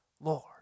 Lord